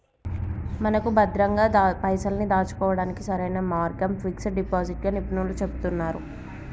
మనకు భద్రంగా పైసల్ని దాచుకోవడానికి సరైన మార్గం ఫిక్స్ డిపాజిట్ గా నిపుణులు చెబుతున్నారు